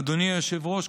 אדוני היושב-ראש,